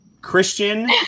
Christian